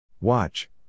Watch